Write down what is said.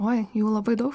oi jų labai dau